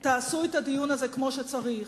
תעשו את הדיון הזה כמו שצריך,